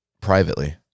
privately